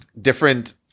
different